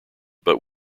but